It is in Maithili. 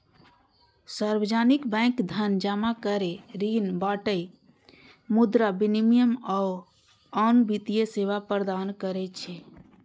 सार्वजनिक बैंक धन जमा करै, ऋण बांटय, मुद्रा विनिमय, आ आन वित्तीय सेवा प्रदान करै छै